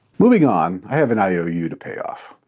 moving on, i have an iou to pay off.